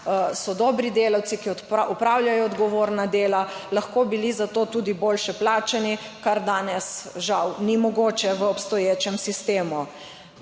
so dobri delavci, ki opravljajo odgovorna dela, lahko bili za to tudi bolje plačani, kar danes žal ni mogoče v obstoječem sistemu.